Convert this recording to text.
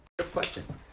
question